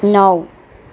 નવ